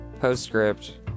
postscript